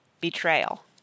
betrayal